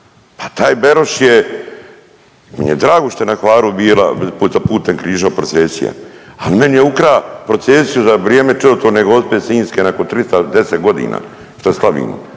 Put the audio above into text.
Pa taj Beroš je, meni je drago što je na Hvaru bila …/Govornik se ne razumije./… procesija ali meni je ukra procesiju za vrijeme čudotvorne gospe Sinjske nakon 310 godina šta slavimo,